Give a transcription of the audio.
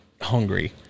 hungry